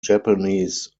japanese